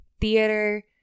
theater